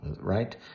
right